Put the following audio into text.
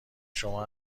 شما